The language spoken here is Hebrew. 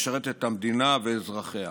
לשרת את המדינה ואזרחיה,